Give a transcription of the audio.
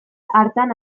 hartan